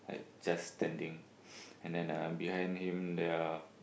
just standing and then um behind him there are